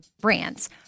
brands